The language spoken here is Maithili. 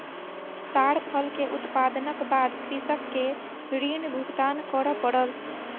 ताड़ फल के उत्पादनक बाद कृषक के ऋण भुगतान कर पड़ल